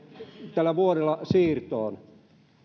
tähän vuodella siirtoon